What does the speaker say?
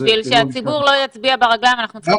בשביל שהציבור לא יצביע ברגליים אנחנו צריכים